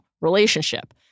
relationship